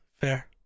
Fair